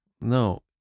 No